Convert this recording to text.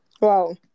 Wow